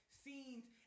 scenes